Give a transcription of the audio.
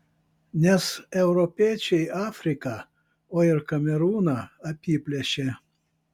nes europiečiai afriką o ir kamerūną apiplėšė